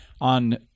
on